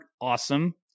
awesome